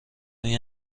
این